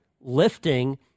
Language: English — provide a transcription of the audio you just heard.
lifting